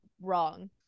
wrong